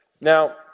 Now